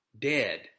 dead